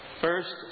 First